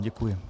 Děkuji.